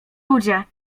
ludzie